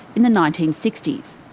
in the nineteen sixty s.